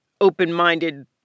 open-minded